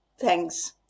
Thanks